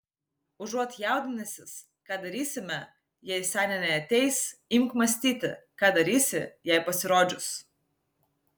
užuot jaudinęsis ką darysime jei senė neateis imk mąstyti ką darysi jai pasirodžius